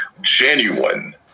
genuine